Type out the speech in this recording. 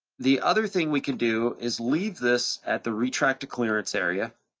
the other thing we could do is leave this at the retractor clearance area.